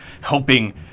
helping